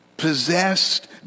possessed